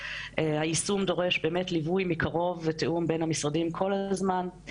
היישום דורש ליווי מקרוב ותיאום בין המשרדים כל הזמן,